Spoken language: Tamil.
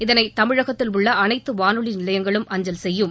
இதனை தமிழகத்தில் உள்ள அனைத்து வானொலி நிலையங்களும் அஞ்சல் செய்யும்